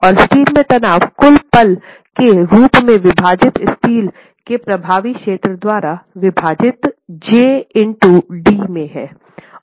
और स्टील में तनाव कुल पल के रूप में विभाजित स्टील के प्रभावी क्षेत्र द्वारा विभाजित j ईंटू d में हैं